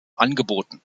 angeboten